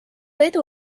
edu